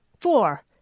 four